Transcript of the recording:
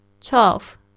Twelve